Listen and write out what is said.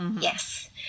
yes